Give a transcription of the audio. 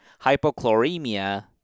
hypochloremia